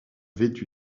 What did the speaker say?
vêtue